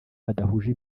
badahuje